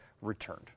returned